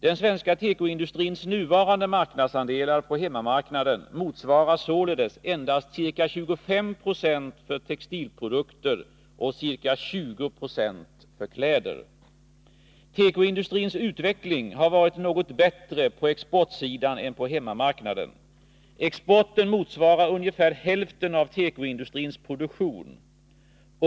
Den svenska tekoindustrins nuvarande marknadsandelar på hemmamarknaden motsvarar således endast ca 25 9 för textilprodukter och ca 20 26 för kläder. Tekoindustrins utveckling har varit något bättre på exportsidan än på hemmamarknaden. Exporten motsvarar ungefär hälften av tekoindustrins produktion.